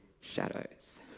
shadows